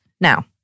Now